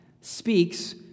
speaks